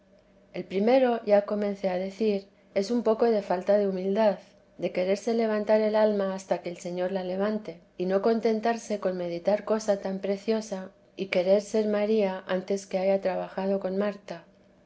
el primero ya comencé a decir es un poco de falta de humildad de quererse levantar el alma hasta que el señor la levante y no contentarse con meditar cosa tan preciosa y querer ser maría antes que haya trabajado con marta